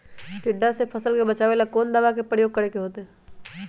टिड्डा से फसल के बचावेला कौन दावा के प्रयोग करके होतै?